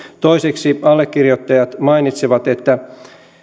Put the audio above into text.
toiseksi allekirjoittajat mainitsevat että